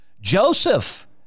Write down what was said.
joseph